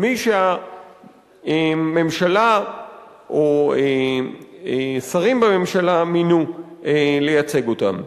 מי שהממשלה או שרים בממשלה מינו לייצג אותם.